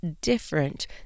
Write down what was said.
different